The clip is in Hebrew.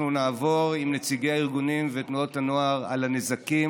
אנחנו נעבור עם נציגי הארגונים ותנועות הנוער על הנזקים